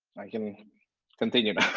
i can continue now.